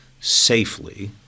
safely